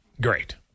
Great